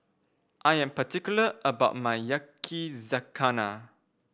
I am particular about my Yakizakana